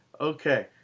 Okay